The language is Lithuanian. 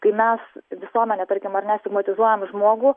kai mes visuomenė tarkim ar ne stigmatizuojam žmogų